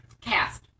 Cast